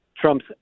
Trump's